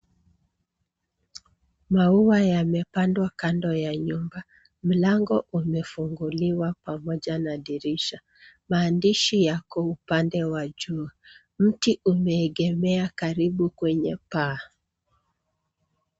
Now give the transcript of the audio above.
Maua yamepandwa kando ya nyumba ,mlango umefunguliwa pamoja na dirisha . Maandishi yako upande wa juu. Mti umeegemea karibu kwenye paa.